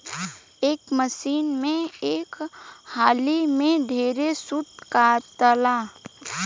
ए machine से एक हाली में ढेरे सूत काताला